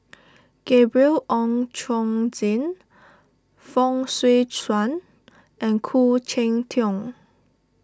Gabriel Oon Chong Jin Fong Swee Suan and Khoo Cheng Tiong